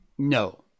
No